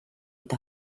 eta